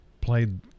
played